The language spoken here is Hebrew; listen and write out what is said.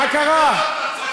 מה קרה?